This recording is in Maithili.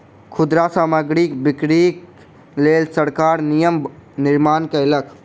खुदरा सामग्रीक बिक्रीक लेल सरकार नियम निर्माण कयलक